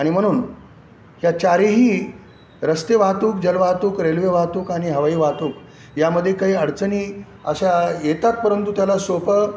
आणि म्हणून ह चारही रस्ते वाहतूक जल वाहतूक रेल्वे वाहतूक आणि हवाई वाहतूक यामध्ये काही अडचणी अशा येतात परंतु त्याला सोपं